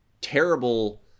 terrible